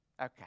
Okay